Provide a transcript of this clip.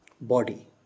body